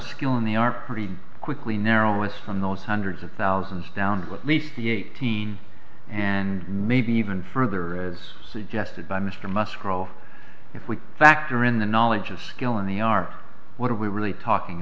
skill and they are pretty quickly narrowing hung those hundreds of thousands down what meets the eighteen and maybe even further as suggested by mr must crawl if we factor in the knowledge and skill and they are what are we really talking